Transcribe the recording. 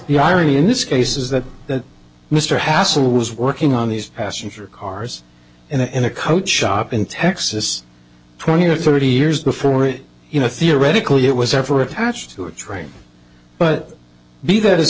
the irony in this case is that that mr hassel was working on these passenger cars in a coach shop in texas twenty or thirty years before it you know theoretically it was ever attached to a train but be that